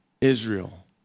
Israel